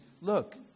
look